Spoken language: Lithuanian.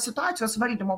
situacijos valdymo